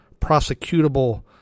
prosecutable